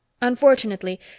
Unfortunately